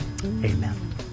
Amen